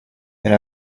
and